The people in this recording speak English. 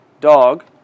dog